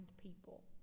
people